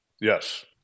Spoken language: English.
Yes